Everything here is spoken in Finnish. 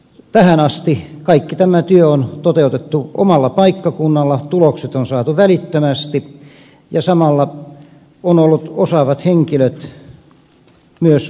tähän asti kaikki tämä työ on toteutettu omalla paikkakunnalla tulokset on saatu välittömästi ja samalla ovat olleet osaavat henkilöt myös paikalla